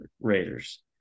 Raiders